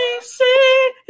see